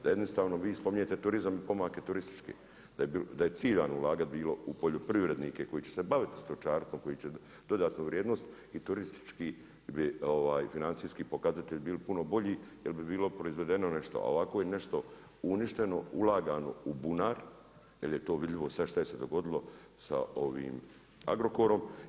Da jednostavno vi spominjete turizam i pomake turističke, da je ciljano bilo ulagati u poljoprivrednike koji će se baviti stočarstvo, koji će dodatnu vrijednost i turistički bi financijski pokazatelji bili puno bolji jer bi bilo proizvedeno nešto a ovako je nešto uništeno, ulagano u bunar jer je to vidljivo sada šta je se dogodilo sa Agrokorom.